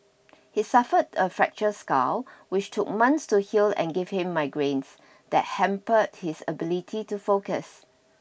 he suffered a fracture skull which took months to heal and gave him migraines that hampered his ability to focus